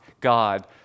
God